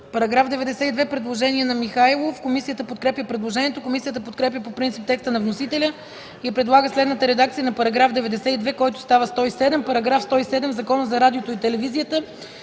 По § 92 има предложение на Михаил Михайлов. Комисията подкрепя предложението. Комисията подкрепя по принцип текста на вносителя и предлага следната редакция на § 92, който става § 107: „§ 107. В Закона за радиото и телевизията